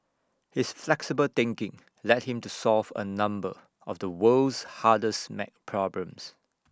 his flexible thinking led him to solve A number of the world's hardest math problems